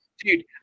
Dude